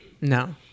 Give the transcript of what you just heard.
No